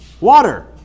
water